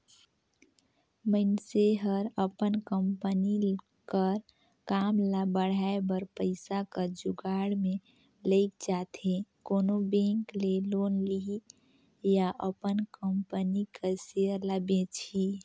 मइनसे हर अपन कंपनी कर काम ल बढ़ाए बर पइसा कर जुगाड़ में लइग जाथे कोनो बेंक ले लोन लिही या अपन कंपनी कर सेयर ल बेंचही